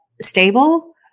stable